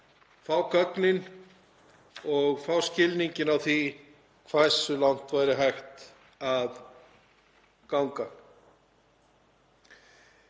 fá gögnin og fá skilninginn á því hversu langt væri hægt að ganga.